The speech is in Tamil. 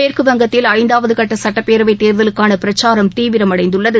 மேற்குவங்கத்தில் ஐந்தாவது கட்ட சட்டப் பேரவைத் தேர்தலுக்கான பிரச்சாரம் தீவிரமடைந்துள்ளது